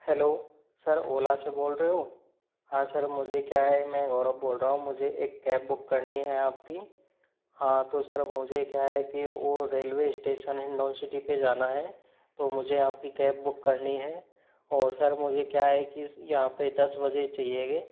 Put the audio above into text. hello sir Ola से बोल रहे हो हाँ सर मुझे क्या है मैं गौरव बोल रहा हूँ मुझे एक कैब बुक करनी है आपकी हाँ तो सर मुझे क्या है कि वो रेलवे इस्टेसन हिण्डौन सिटी पे जाना है तो मुझे आपकी कैब बुक करनी है और सर मुझे क्या है कि यहां पे दस बजे चाहिएगी